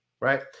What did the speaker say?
Right